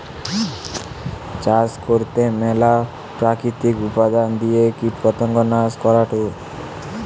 চাষ করতে ম্যালা প্রাকৃতিক উপাদান দিয়ে কীটপতঙ্গ নাশ করাঢু